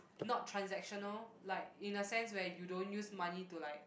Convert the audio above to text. not transactional like in the sense where you don't use money to like